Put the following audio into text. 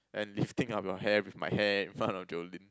and lifting up your hair with my hair in front of Jolene